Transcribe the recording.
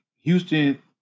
Houston